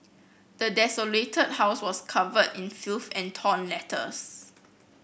the desolated house was covered in filth and torn letters